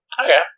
Okay